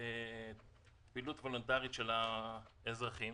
פעילות וולונטרית של האזרחים.